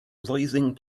rising